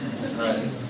Right